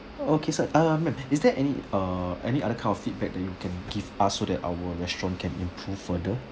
okay sir uh ma'am is there any uh any other kind of feedback that you can give us so that our restaurant can improve further